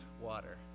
water